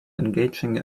engaging